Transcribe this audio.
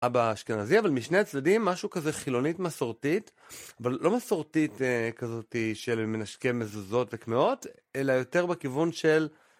אבא אשכנזי אבל משני הצדדים משהו כזה חילונית מסורתית אבל לא מסורתית כזאתי של מנשקי מזוזות וקמעות אלא יותר בכיוון של